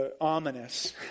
ominous